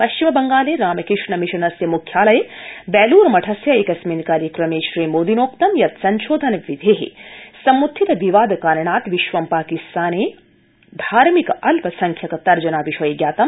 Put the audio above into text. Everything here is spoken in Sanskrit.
पश्चिम बंगाले रामकृष्ण मिशनस्य मुख्यालये बेल्र मठस्य एकस्मिन् कार्यक्रमे श्रीमोदिनोक्तं यत् संशोधन विधे समृत्थित विवाद कारणात् विश्वं पाकिस्ताने धार्मिक अल्पसंख्यक तर्जना विषये ज्ञातम्